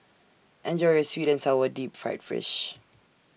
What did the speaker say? Enjoy your Sweet and Sour Deep Fried Fish